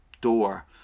door